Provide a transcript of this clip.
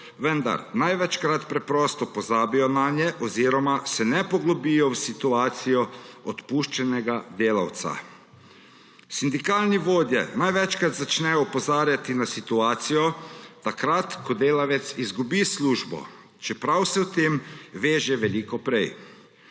vendar največkrat preprosto pozabijo nanje oziroma se ne poglobijo v situacijo odpuščenega delavca. Sindikalni vodje največkrat začnejo opozarjati na situacijo takrat, ko delavec izgubi službo, čeprav se o tem ve že veliko prej.